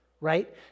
right